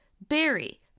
Barry